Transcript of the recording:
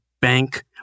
bank